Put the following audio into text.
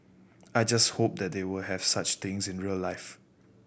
I just hope that they will have such things in real life